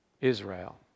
Israel